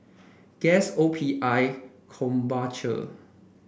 Guess O P I Krombacher